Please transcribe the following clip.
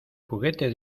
juguete